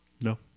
No